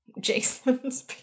Jason's